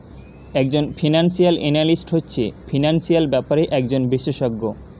একজন financial analyst হচ্ছে financial ব্যাপারে একজন বিশেষজ্ঞ